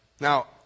Now